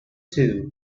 two